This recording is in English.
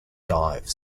dive